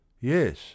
Yes